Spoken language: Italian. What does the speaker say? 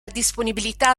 disponibilità